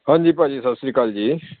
ਹਾਂਜੀ ਭਾਅ ਜੀ ਸਤਿ ਸ਼੍ਰੀ ਅਕਾਲ ਜੀ